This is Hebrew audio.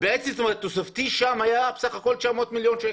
בעצם התקציב התוספתי היה שם בסך הכול 900 מיליון שקל.